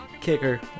Kicker